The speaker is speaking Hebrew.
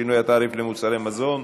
שינוי התעריף למוצרי מזון),